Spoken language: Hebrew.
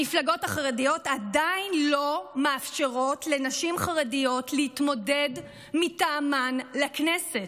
המפלגות החרדיות עדיין לא מאפשרות לנשים חרדיות להתמודד מטעמן לכנסת.